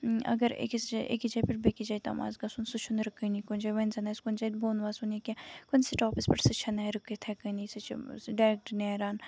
اَگر أکِس جایہِ پٮ۪ٹھ بیٚیہِ کِس جایہِ تام آسہِ گژھُن سُہ چھُنہٕ رُکٲنی کُنہِ جایہِ وۄنۍ زَن آسہ کُنہِ جایہِ وۄنۍ وَسُن یا کینہہ کُنہِ سٔٹوپَس پٮ۪ٹھ سُہ چھُنہٕ رُکِتھ ہٮ۪کٲنی سُہ چھُ ڈیریکٹ نیران